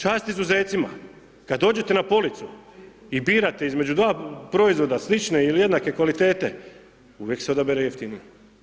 Čast izuzecima, kad dođete na policu i birate između dva proizvoda slične ili jednake kvalitete uvijek se odabere jeftiniji.